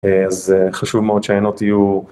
אז חשוב מאוד שהעיינות יהיו.